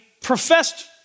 professed